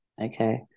okay